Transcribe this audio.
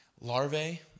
larvae